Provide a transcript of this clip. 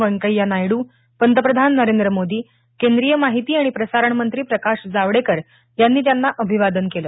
वेंकय्या नायडू पंतप्रधान नरेंद्र मोदी केंद्रीय माहिती आणि प्रसारण मंत्री प्रकाश जावडेकर यांनी त्यांना अभिवादन केलं